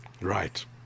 right